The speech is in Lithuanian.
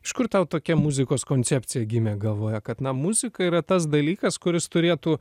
iš kur tau tokia muzikos koncepcija gimė galvoje kad na muzika yra tas dalykas kuris turėtų